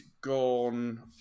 gone